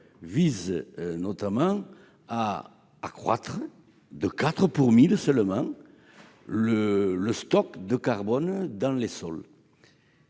vise notamment à accroître de 4 ‰ seulement le stock de carbone dans les sols.